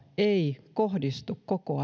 ei kohdistu koko